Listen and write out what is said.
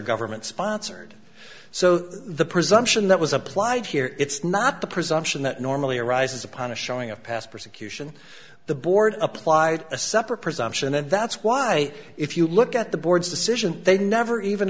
government sponsored so the presumption that was applied here it's not the presumption that normally arises upon a showing of past persecution the board applied a separate presumption and that's why if you look at the board's decision they never even